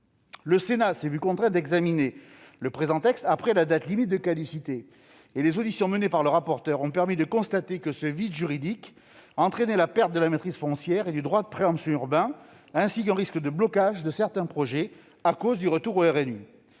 Le Sénat s'est vu contraint d'examiner le présent texte après la date limite de caducité ; les auditions menées par le rapporteur ont permis de constater que ce vide juridique entraînait la perte de la maîtrise foncière et du droit de préemption urbain, ainsi qu'un risque de blocage de certains projets à cause du retour au RNU.